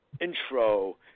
intro